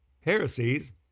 Heresies